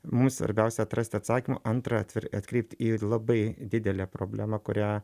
mums svarbiausia atrast atsakymą antra atver atkreipt į labai didelę problemą kurią